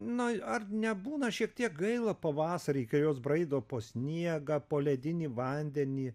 nu ar nebūna šiek tiek gaila pavasarį kai jos braido po sniegą po ledinį vandenį